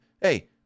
hey